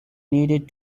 needed